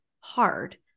hard